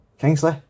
Kingsley